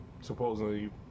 supposedly